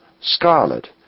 scarlet